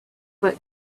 but